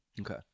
Okay